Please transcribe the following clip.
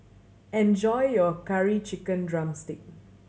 enjoy your Curry Chicken drumstick